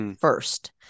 First